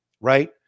right